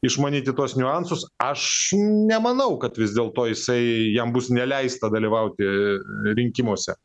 išmanyti tuos niuansus aš nemanau kad vis dėl to jisai jam bus neleista dalyvauti rinkimuose